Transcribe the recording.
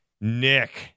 Nick